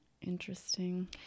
Interesting